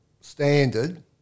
standard